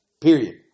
Period